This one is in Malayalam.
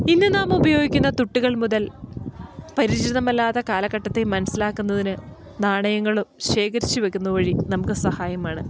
ഇന്ന് നാം ഉപയോഗിക്കുന്ന തുട്ടുകൾ മുതൽ പരിചിതമല്ലാത്ത കാലഘട്ടത്തെ മനസ്സിലാക്കുന്നതിന് നാണയങ്ങളും ശേഖരിച്ച് വെക്കുന്ന വഴി നമുക്ക് സഹായമാണ്